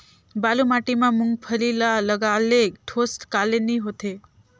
बालू माटी मा मुंगफली ला लगाले ठोस काले नइ होथे?